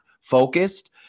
focused